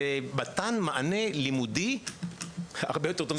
למתן מענה לימודי הרבה יותר טוב מהכיתה.